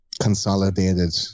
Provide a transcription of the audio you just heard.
consolidated